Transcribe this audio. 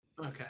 Okay